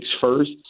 first